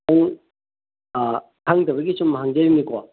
ꯑꯩ ꯈꯪꯗꯕꯒꯤ ꯁꯨꯝ ꯍꯪꯖꯔꯤꯅꯀꯣ